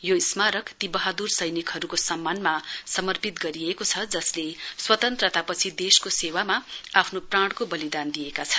यो स्मारक ती वहाद्र सैनिकहरुको सम्मानमा समर्पित गरिएको छ जसले स्वतन्त्रतापछि देशको सेवामा आफ्नो प्राणको वलिदान दिएका छन्